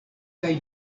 kaj